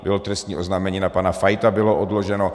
Bylo trestní oznámení na pana Fajta, bylo odloženo.